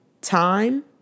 time